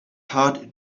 hard